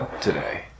today